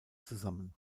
zusammen